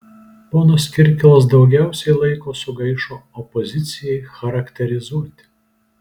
ponas kirkilas daugiausiai laiko sugaišo opozicijai charakterizuoti